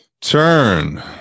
turn